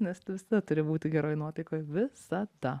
nes tu visada turi būti geroj nuotaikoj visada